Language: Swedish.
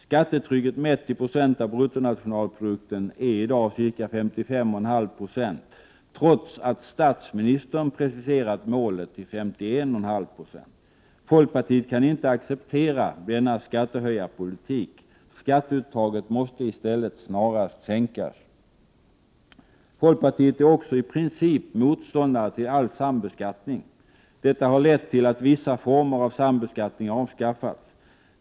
Skattetrycket mätt i procent av bruttonationalprodukten är i dag ca 55,5 2, trots att statsministern preciserat målet till 51,5 9. Folkpartiet kan inte acceptera denna skattehöjarpolitik. Skatteuttaget måste i stället snarast sänkas. Folkpartiet är också i princip motståndare till all sambeskattning. Detta har lett till att vissa former av sambeskattning avskaffats.